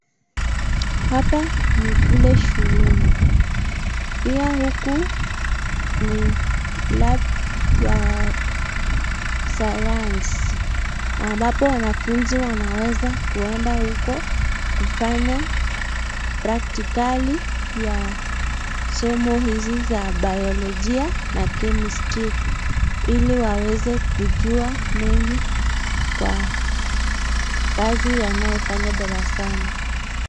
Hapa ni kule shuleni, pia huku ni lab ya sayansi ambapo wanafunzi wanaweza kuenda huko kufanya practicals ya somo hizi ya Biologia na Chemistry ili waweze kujua nini kwa kazi wanaofanya darasani.